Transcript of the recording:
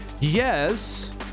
Yes